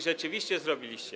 Rzeczywiście to zrobiliście.